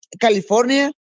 California